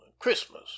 christmas